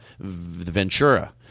Ventura